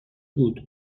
بود